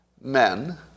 Men